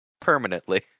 Permanently